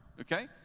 okay